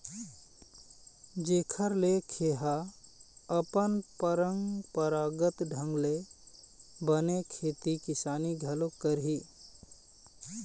जेखर ले खे ह अपन पंरापरागत ढंग ले बने खेती किसानी घलोक करही